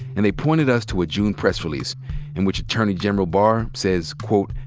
and they pointed us to a june press release in which attorney general barr says, quote,